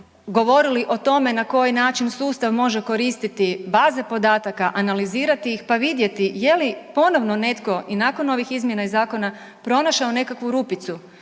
govorili o tome na koji način sustav može koristiti baze podataka, analizirati ih pa vidjeti je li ponovno netko i nakon ovih izmjena i zakona pronašao nekakvu rupicu